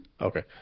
Okay